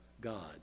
God